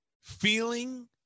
feeling